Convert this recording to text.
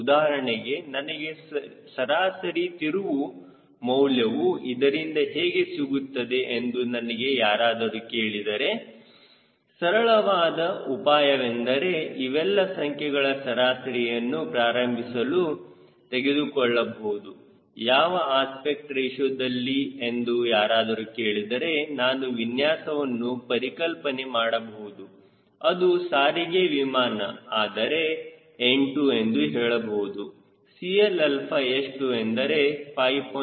ಉದಾಹರಣೆಗೆ ನನಗೆ ಸರಾಸರಿ ತಿರುವು ಮೌಲ್ಯವು ಇದರಿಂದ ಹೇಗೆ ಸಿಗುತ್ತದೆ ಎಂದು ನನಗೆ ಯಾರಾದರೂ ಹೇಳಿದರೆ ಸರಳವಾದ ಉಪಾಯವೆಂದರೆ ಇವೆಲ್ಲ ಸಂಖ್ಯೆಗಳ ಸರಾಸರಿಯನ್ನು ಪ್ರಾರಂಭಿಸಲು ತೆಗೆದುಕೊಳ್ಳಬಹುದು ಯಾವ ಅಸ್ಪೆಕ್ಟ್ ರೇಶಿಯೋ ದಲ್ಲಿ ಎಂದು ಯಾರಾದರೂ ಕೇಳಿದರೆ ನಾನು ವಿನ್ಯಾಸವನ್ನು ಪರಿಕಲ್ಪನೆ ಮಾಡಬಹುದು ಅದು ಸಾರಿಗೆ ವಿಮಾನ ಆದರೆ 8 ಎಂದು ಹೇಳಬಹುದು CLα ಎಷ್ಟು ಎಂದರೆ 5